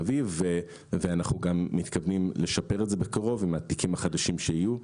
אביב ואנחנו גם מתכוונים לשפר את זה בקרוב עם התיקים החדשים שיהיו,